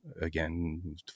Again